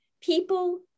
people